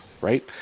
Right